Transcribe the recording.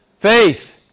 Faith